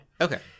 Okay